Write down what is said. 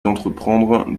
d’entreprendre